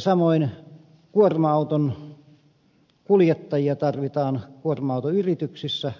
samoin kuorma auton kuljettajia tarvitaan kuorma autoyrityksissä